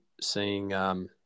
seeing